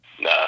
Nah